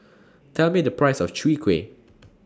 Tell Me The Price of Chwee Kueh